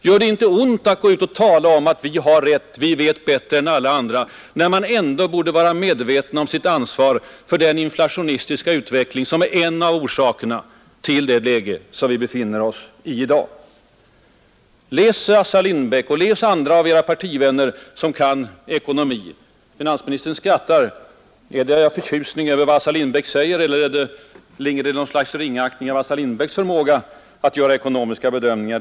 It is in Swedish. Gör det inte ont att gå ut och tala om att ”vi har rätt”, att ”vi vet bättre än alla andra” när man ändå borde vara medveten om sitt ansvar för den inflationistiska utveckling som är en av orsakerna till det läge som vi i dag befinner oss i? Läs Assar Lindbäck och läs andra av era partivänner som kan ekonomi! Finansministern skrattar. Är det av förtjusning över vad Assar Lindbäck säger, eller ligger det någon sorts ringaktning av Assar Lindbäcks förmåga att göra ekonomiska bedömingar?